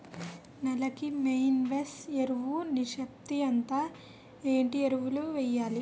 నేల కి మెయిన్ వేసే ఎరువులు నిష్పత్తి ఎంత? ఏంటి ఎరువుల వేయాలి?